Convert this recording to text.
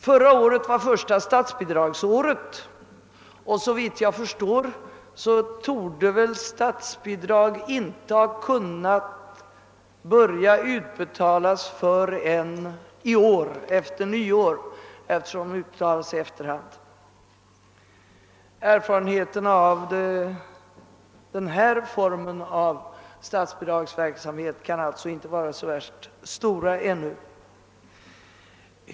Förra året var det första under vilket det utgick statsbidrag, och såvitt jag förstår torde väl inte bidraget ha kunnat börja utbetalas förrän i år efter nyår eftersom utbetalningarna sker i efterhand. Erfarenheterna av denna form av statsbidrag kan alltså inte vara så värst stora ännu.